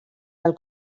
del